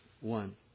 one